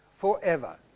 forever